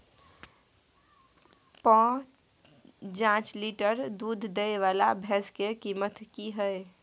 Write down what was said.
प जॉंच लीटर दूध दैय वाला भैंस के कीमत की हय?